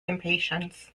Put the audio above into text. impatience